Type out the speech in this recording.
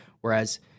whereas